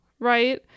right